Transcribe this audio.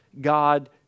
God